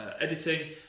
editing